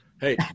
Hey